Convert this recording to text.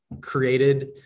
created